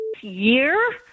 year